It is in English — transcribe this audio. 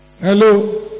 Hello